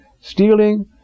stealing